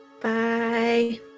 Bye